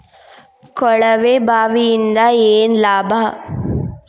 ಕೊಳವೆ ಬಾವಿಯಿಂದ ಏನ್ ಲಾಭಾ?